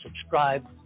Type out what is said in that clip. subscribe